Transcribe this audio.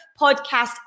podcast